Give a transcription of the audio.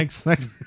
thanks